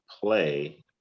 play